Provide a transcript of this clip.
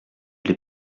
l’ai